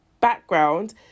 background